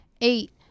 Eight